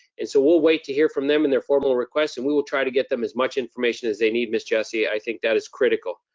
and so we'll wait to hear from them and their formal request, and we'll try to get them as much information as they need, miss jessie. i think that is critical.